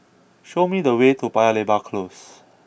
show me the way to Paya Lebar close